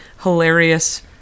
hilarious